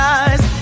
eyes